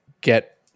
get